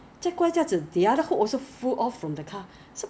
err everything 送去那个 warehouse 了 right